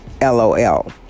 LOL